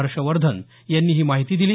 हर्षवर्धन यांनी ही माहिती दिली